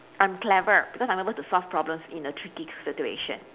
I'm clever because I'm able to solve problems in a tricky sit~ situation